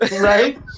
right